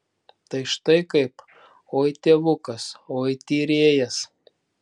tai štai kaip oi tėvukas oi tyrėjas